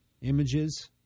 images